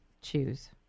choose